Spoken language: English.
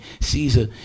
Caesar